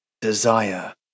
desire